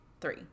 Three